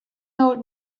old